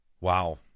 Wow